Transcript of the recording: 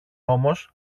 όμως